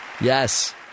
Yes